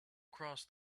across